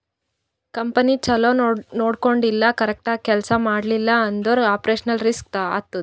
company ಛಲೋ ನೊಡ್ಕೊಂಡಿಲ್ಲ, correct ಆಗಿ ಕೆಲ್ಸಾ ಮಾಡ್ತಿಲ್ಲ ಅಂದುರ್ ಆಪರೇಷನಲ್ ರಿಸ್ಕ್ ಆತ್ತುದ್